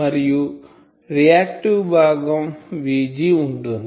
మరియు రియాక్టివ్ భాగం VG ఉంటుంది